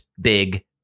big